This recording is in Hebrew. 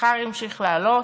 השכר ימשיך לעלות,